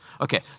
Okay